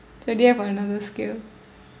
so do you have another skill